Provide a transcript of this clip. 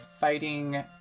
fighting